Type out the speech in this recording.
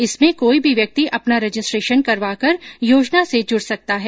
इसमें कोई भी व्यक्ति अपना रजिस्ट्रेशन करवा कर योजना से जुड़ सकता है